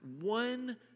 one